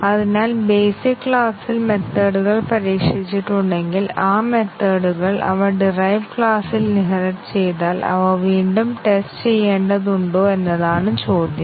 അതിനാൽ ബേസിക് ക്ലാസിൽ മെത്തേഡ്കൾ പരീക്ഷിച്ചിട്ടുണ്ടെങ്കിൽ ആ മെത്തേഡ്കൾ അവ ഡിറൈവ്ഡ് ക്ലാസിൽ ഇൻഹെറിറ്റ് ചെയ്താൽ അവ വീണ്ടും ടെസ്റ്റ് ചെയ്യേണ്ടതുണ്ടോ എന്നതാണ് ചോദ്യം